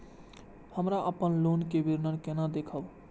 हमरा अपन लोन के विवरण केना देखब?